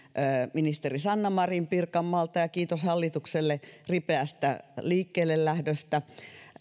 ministeri sanna marin pirkanmaalta ja kiitos hallitukselle ripeästä liikkeellelähdöstä